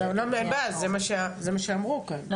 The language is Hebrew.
זה מה שאמרו כאן,